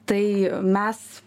tai mes